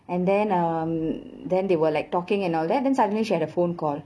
and then um then they were like talking and all that then suddenly she had a phone call